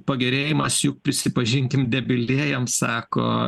pagerėjimas juk prisipažinkim debilėjam sako